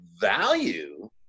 value